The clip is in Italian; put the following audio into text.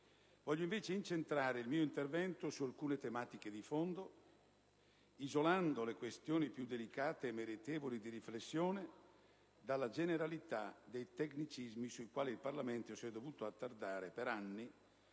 voglio invece incentrare il mio intervento su alcune tematiche di fondo, isolando le questioni più delicate e meritevoli di riflessione dalla generalità dei tecnicismi sui quali il Parlamento si è dovuto attardare per anni